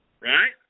Right